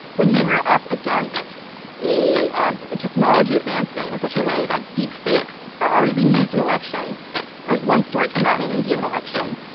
when you are up against a and a technology advancing in and such a way that deep fakes are already being used in elections as one story came out in an indian election,